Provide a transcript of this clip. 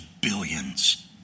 billions